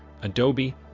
Adobe